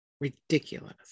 Ridiculous